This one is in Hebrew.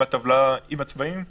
עם הטבלה עם הצבעים?